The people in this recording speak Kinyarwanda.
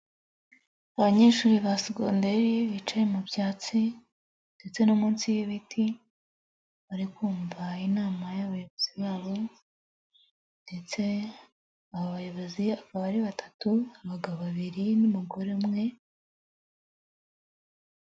Abanyeshuri ba segonderi bicaye mu byatsi ndetse no munsi y'ibiti, barir kumva inama y'abayobozi babo, ndetse aba bayobozi bakaba ari batatu, abagabo babiri n'umugore umwe.